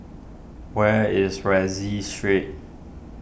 where is Rienzi Street